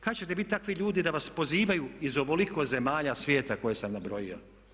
Kada ćete biti takvi ljudi da vas pozivaju iz ovoliko zemalja svijeta koje sam nabrojao?